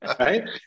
Right